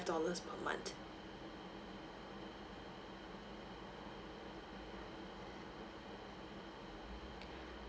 dollars per month